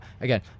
again